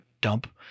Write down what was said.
Dump